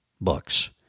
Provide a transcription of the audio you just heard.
books